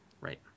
Right